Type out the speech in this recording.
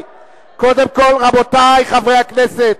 קודם כול, רבותי חברי הכנסת,